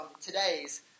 today's